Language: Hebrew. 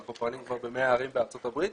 אנחנו פועלים כבר במאה ערים בארצות הברית,